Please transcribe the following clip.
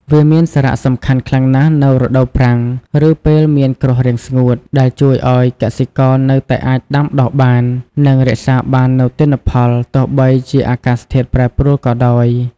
វាមានសារៈសំខាន់ខ្លាំងណាស់នៅរដូវប្រាំង ឬពេលមានគ្រោះរាំងស្ងួត ដែលជួយឲ្យកសិករនៅតែអាចដាំដុះបាន និងរក្សាបាននូវទិន្នផល ទោះបីជាអាកាសធាតុប្រែប្រួលក៏ដោយ។